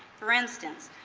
for instance,